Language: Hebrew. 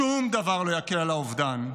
שום דבר לא יקל את האובדן,